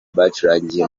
bacurangiye